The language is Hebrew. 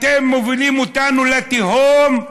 אתם מובילים אותנו לתהום.